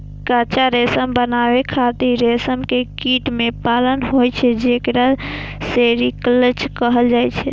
कच्चा रेशम बनाबै खातिर रेशम के कीट कें पालन होइ छै, जेकरा सेरीकल्चर कहल जाइ छै